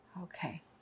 Okay